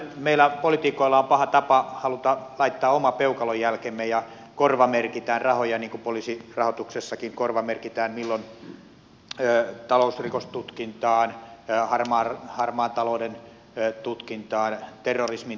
meillä poliitikoilla on paha tapa haluta laittaa oma peukalonjälkemme ja korvamerkitä rahoja niin kuin poliisirahoituksessa korvamerkitään milloin talousrikostutkintaan harmaan talouden tutkintaan terrorismin torjuntaan